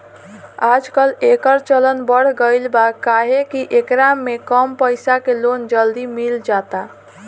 आजकल, एकर चलन बढ़ गईल बा काहे कि एकरा में कम पईसा के लोन जल्दी मिल जाला